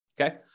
okay